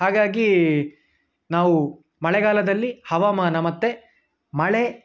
ಹಾಗಾಗಿ ನಾವು ಮಳೆಗಾಲದಲ್ಲಿ ಹವಾಮಾನ ಮತ್ತು ಮಳೆ